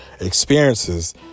experiences